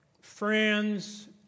friends